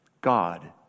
God